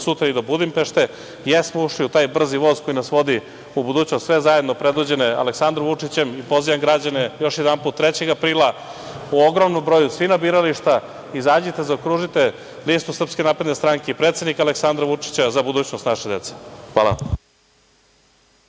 sutra i do Budimpešte, jesmo ušli u taj brzi voz koji nas vodi u budućnost, sve zajedno sa Aleksandrom Vučićem. Pozivam građane, još jedanput, 3. aprila u ogromnom broju, svi na birališta, izađite, zaokružite listu Srpske napredne stranke i predsednika Aleksandra Vučića za budućnost naše dece. Hvala.